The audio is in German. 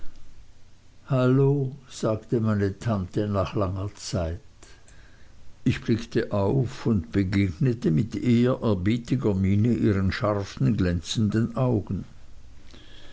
hallo sagte meine tante nach einer langen zeit ich blickte auf und begegnete mit ehrerbietiger miene ihren scharfen glänzenden augen